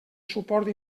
suport